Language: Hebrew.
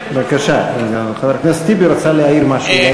בבקשה, חבר הכנסת טיבי רצה להעיר משהו.